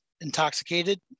intoxicated